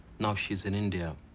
now she's in india,